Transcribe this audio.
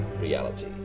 reality